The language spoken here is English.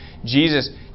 Jesus